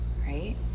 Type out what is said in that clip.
Right